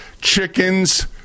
chickens